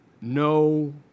no